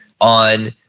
on